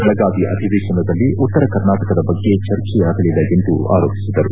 ಬೆಳಗಾವಿ ಅಧಿವೇಶನದಲ್ಲಿ ಉತ್ತರ ಕರ್ನಾಟಕದ ಬಗ್ಗೆ ಚರ್ಚೆಯಾಗಲಿಲ್ಲ ಎಂದು ಆರೋಪಿಸಿದರು